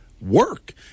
work